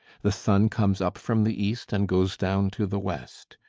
the sun comes up from the east and goes down to the west.